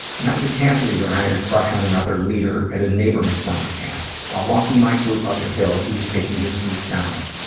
when i was a camp leader, i had a crush on another leader at a neighboring summer camp. while walking my group up a hill, he was taking his group down.